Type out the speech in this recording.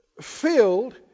filled